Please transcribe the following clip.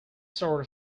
sort